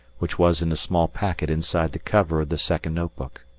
which was in a small packet inside the cover of the second notebook.